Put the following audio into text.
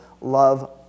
love